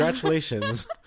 Congratulations